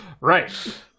Right